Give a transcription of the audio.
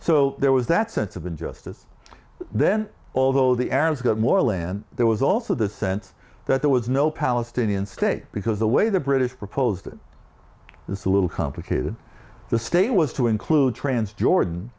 so there was that sense of injustice then although the arabs got more land there was also the sense that there was no palestinian state because the way the british proposed this a little complicated the stay was to include trans jordan